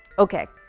okay,